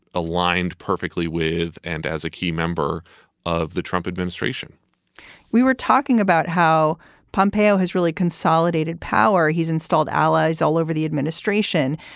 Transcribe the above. aligned perfectly with and as a key member of the trump administration we were talking about how pompeo has really consolidated power. he's installed allies all over the administration,